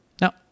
Now